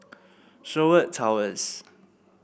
Sherwood Towers